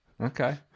Okay